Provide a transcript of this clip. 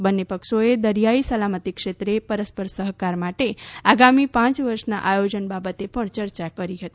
બંને પક્ષોએ દરિયાઈ સલામતી ક્ષેત્રે પરસ્પર સહકાર માટે આગામી પાંચ વર્ષના આયોજન બાબતે પણ ચર્ચા કરી હતી